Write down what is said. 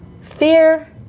fear